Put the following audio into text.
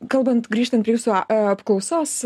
kalbant grįžtant prie jūsų apklausos